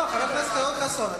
חבר הכנסת יואל חסון,